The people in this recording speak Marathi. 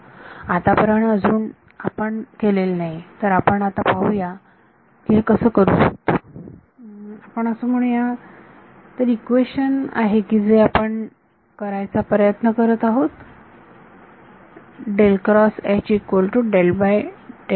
आतापर्यंत अजून आपण केलेले नाही तर आपण पाहूया हे आपण कसे करू शकतो आपण असे म्हणू या तर कोणते इक्वेशन आहे की जे आपण करायचा प्रयत्न करत आहोत